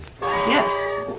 Yes